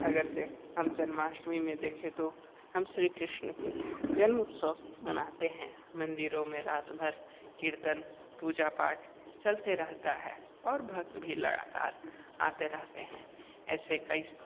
अगर से हम जन्माष्टमी में देखें तो हम श्री कृष्ण के जन्मोत्सव मनाते हैं मंदिरों में रात बर कीर्तन पूजा पाठ चलते रहता है और भक्त भी लगातार आते रहते हैं ऐसे कई